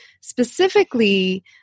specifically